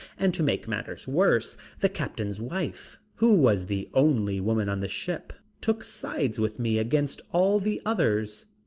and to make matters worse the captain's wife, who was the only woman on the ship, took sides with me against all the others.